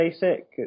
Basic